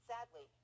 Sadly